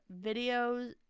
videos